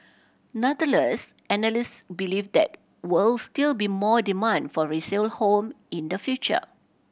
nonetheless analyst believe that will still be more demand for resale home in the future